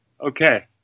Okay